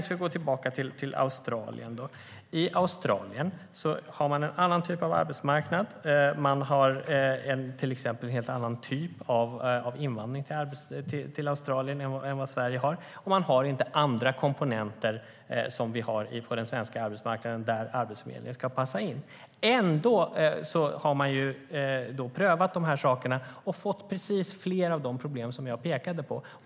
I Australien har man en annan typ av arbetsmarknad. Man har till exempel en helt annan typ av invandring än vad Sverige har. Det saknas också andra komponenter som vi har på den svenska arbetsmarknaden, där Arbetsförmedlingen ska passa in. Ändå har man prövat de här sakerna och fått fler av de problem som jag pekade på.